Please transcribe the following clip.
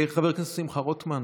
חבר הכנסת שמחה רוטמן,